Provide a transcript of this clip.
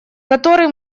который